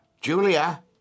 Julia